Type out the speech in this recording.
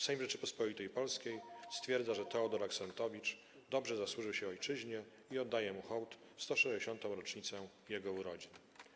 Sejm Rzeczypospolitej Polskiej stwierdza, że Teodor Axentowicz dobrze zasłużył się Ojczyźnie i oddaje mu hołd w 160. rocznicę Jego urodzin”